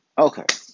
Okay